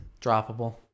droppable